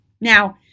Now